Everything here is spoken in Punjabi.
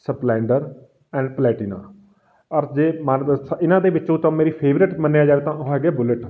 ਸਪਲੈਂਡਰ ਐਂਡ ਪਲੈਟੀਨਾ ਔਰ ਜੇ ਮਨਪਸੰ ਇਹਨਾਂ ਦੇ ਵਿੱਚੋਂ ਤਾਂ ਮੇਰੀ ਫੇਵਰੇਟ ਮੰਨਿਆ ਜਾਵੇ ਤਾਂ ਉਹ ਹੈਗਾ ਬੁਲਟ